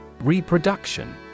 Reproduction